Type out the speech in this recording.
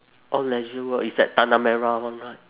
oh leisure world is at tanah merah [one] right